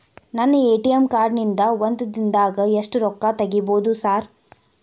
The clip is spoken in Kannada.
ನನ್ನ ಎ.ಟಿ.ಎಂ ಕಾರ್ಡ್ ನಿಂದಾ ಒಂದ್ ದಿಂದಾಗ ಎಷ್ಟ ರೊಕ್ಕಾ ತೆಗಿಬೋದು ಸಾರ್?